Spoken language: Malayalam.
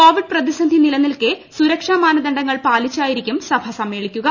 കോവിഡ് പ്രതിസന്ധി നിലനിൽക്കെ സുരക്ഷാ മാനദണ്ഡങ്ങൾ പാലിച്ചായിരിക്കും സഭ സമ്മേളിക്കുക